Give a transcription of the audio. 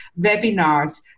webinars